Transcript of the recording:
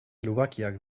lubakiak